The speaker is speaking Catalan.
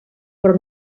però